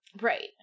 Right